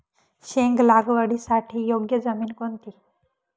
शेंग लागवडीसाठी योग्य जमीन कोणती?